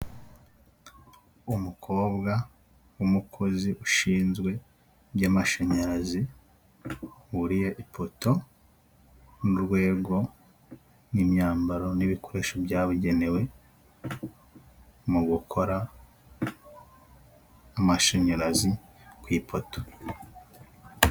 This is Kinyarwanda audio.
Umukobwa w'umukozi ushinzwe iby'amashanyarazi wuriye ipoto n'urwego n'imyambaro n'ibikoresho byabugenewe mu gukora amashanyarazi ku ipoto.